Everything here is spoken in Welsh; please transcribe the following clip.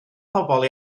pobl